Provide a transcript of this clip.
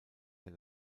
der